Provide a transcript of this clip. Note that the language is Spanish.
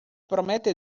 promete